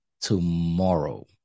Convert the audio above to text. tomorrow